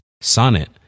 Sonnet